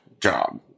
job